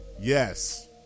Yes